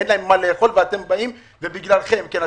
אין להם מה לאכול ואתם באים וזה בגללכם.